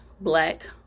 black